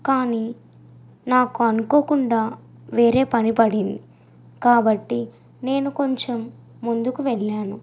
కాని నాకు అనుకోకుండా వేరే పని పడింది కాబట్టి నేను కొంచెం ముందుకు వెళ్ళాను